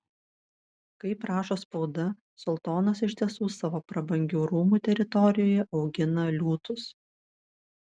kaip rašo spauda sultonas iš tiesų savo prabangių rūmų teritorijoje augina liūtus